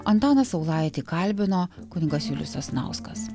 antaną saulaitį kalbino kunigas julius sasnauskas